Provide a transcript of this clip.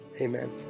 Amen